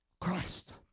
Christ